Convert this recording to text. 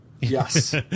Yes